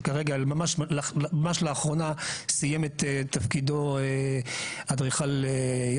שממש לאחרונה סיים את תפקידו האדריכל ברוך